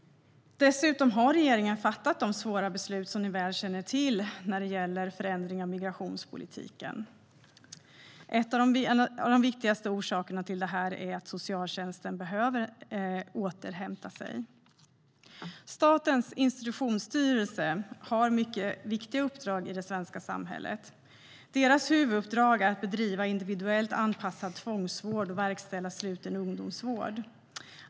Dessutom har regeringen fattat de svåra beslut som ni väl känner till när det gäller förändringar av migrationspolitiken. En av de viktigaste orsakerna till det här är att socialtjänsten behöver återhämta sig. Statens institutionsstyrelse har mycket viktiga uppdrag i det svenska samhället. Deras huvuduppdrag är att bedriva individuellt anpassad tvångsvård och verkställa sluten ungdomsvård.